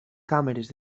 càmeres